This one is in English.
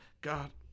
God